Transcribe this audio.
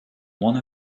one